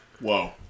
Whoa